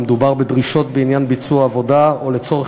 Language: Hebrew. המדובר בדרישות בעניין ביצוע עבודה או לצורך